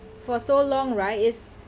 for so long right it's